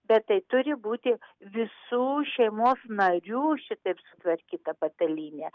bet tai turi būti visų šeimos narių šitaip sutvarkyta patalynė